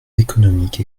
économique